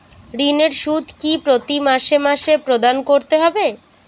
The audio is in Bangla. ঋণের সুদ কি প্রতি মাসে মাসে প্রদান করতে হবে?